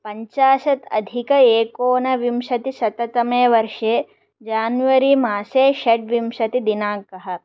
पञ्चाशत् अधिक एकोनविंशतिशततमे वर्षे जान्वरीमासे षड्विंशतिदिनाङ्कः